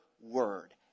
word